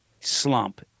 slump